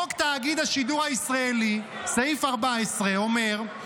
חוק תאגיד השידור הישראלי, סעיף 14, אומר: